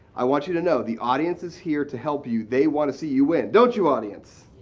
i want you to know the audience is here to help you. they want to see you win. don't you audience?